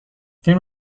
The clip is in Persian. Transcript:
فیلم